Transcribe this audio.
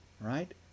Right